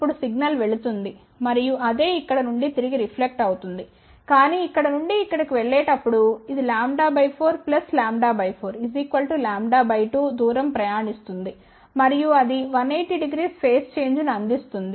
ఇప్పుడు సిగ్నల్ వెళుతోంది మరియు అదే ఇక్కడ నుండి తిరిగి రిఫ్లెక్ట్ అవుతుంది కానీ ఇక్కడ నుండి ఇక్కడికి వెళ్ళేటప్పుడు ఇది λ 4 λ 4 λ 2 దూరం ప్రయాణిస్తుంది మరియు అది 1800 ఫేజ్ చేంజ్ ను అందిస్తుంది